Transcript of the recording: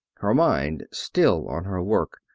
her mind still on her work.